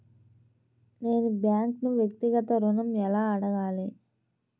నేను బ్యాంక్ను వ్యక్తిగత ఋణం ఎలా అడగాలి?